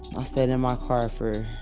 ah stayed in my car for,